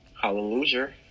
Hallelujah